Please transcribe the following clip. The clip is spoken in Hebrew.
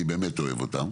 אני באמת אוהב אותם.